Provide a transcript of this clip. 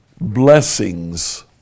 blessings